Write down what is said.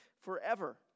forever